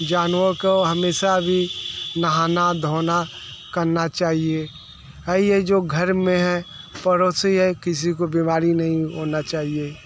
जानवरों को हमेशा अभी नहाना धोना करना चाहिए है यही जो घर में है पड़ोसी है किसी को बीमारी नहीं होना चाहिए